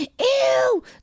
ew